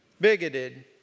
bigoted